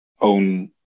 own